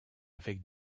avec